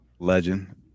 legend